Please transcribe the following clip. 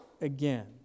again